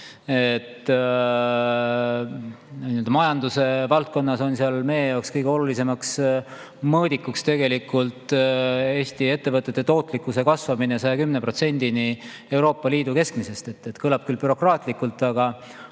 Majanduse valdkonnas on seal meie jaoks kõige olulisem mõõdik Eesti ettevõtete tootlikkuse kasvamine 110%-ni Euroopa Liidu keskmisest. Kõlab küll bürokraatlikult, aga